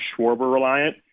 Schwarber-reliant